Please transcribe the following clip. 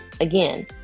Again